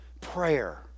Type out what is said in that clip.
Prayer